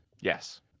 Yes